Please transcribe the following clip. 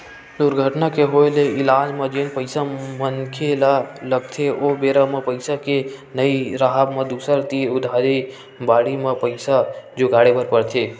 दुरघटना के होय ले इलाज म जेन पइसा मनखे ल लगथे ओ बेरा म पइसा के नइ राहब म दूसर तीर उधारी बाड़ही म पइसा जुगाड़े बर परथे